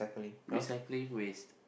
recycling waste